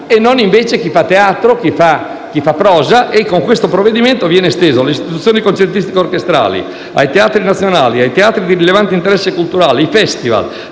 e non invece chi fa teatro o prosa. Con il provvedimento viene esteso alle istituzioni concertistiche orchestrali, ai teatri nazionali, ai teatri di rilevante interesse culturale, ai festival